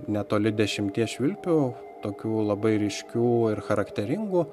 netoli dešimties švilpių tokių labai ryškių ir charakteringų